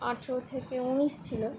আঠেরো থেকে ঊনিশ ছিল